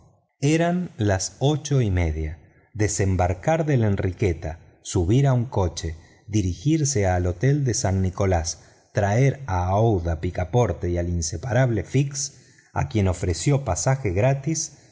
eran las ocho y media desembarcar de la enriqueta subir a un coche dirigirse al hotel de san nicolás traer a aouida picaporte y el inseparable fix a quien ofreció pasaje gratis